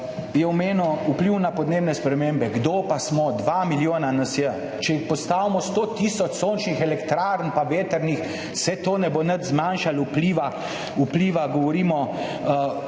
je omenil vpliv na podnebne spremembe. Kdo pa smo? Dva milijona nas je. Če postavimo 100 tisoč sončnih in vetrnih elektrarn, to ne bo nič zmanjšalo vpliva, govorimo